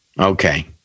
Okay